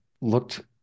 looked